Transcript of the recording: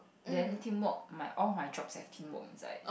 then teamwork my all my jobs have teamwork inside